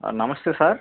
నమస్తే సార్